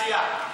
בעשייה.